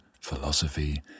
philosophy